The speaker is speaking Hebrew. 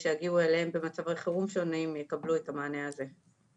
שיגיעו אליהם במצבי חירום שונים ויקבלו את המענה הזה.